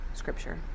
scripture